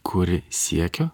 kuri siekia